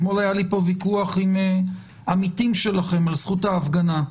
אתמול היה לי פה ויכוח עם עמיתים שלכם על זכות ההפגנה.